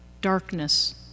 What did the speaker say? darkness